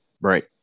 Right